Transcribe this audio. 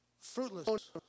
fruitless